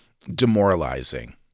demoralizing